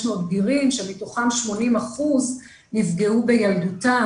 בגירים שמתוכם 80% נפגעו בילדותם,